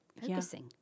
focusing